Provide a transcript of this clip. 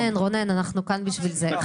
רונן, אנחנו כאן בשביל זה.